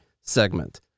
segment